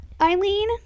Eileen